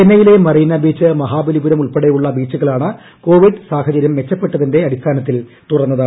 ചെന്നൈയിലെ Marina beach Mahabalipuram ഉൾപ്പെടെയുള്ള ബീച്ചുകളാണ് കോവിഡ് സാഹചര്യം മെച്ചപ്പെട്ടതിന്റെ അടിസ്ഥാനത്തിൽ തുറന്നത്